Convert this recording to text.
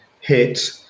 hit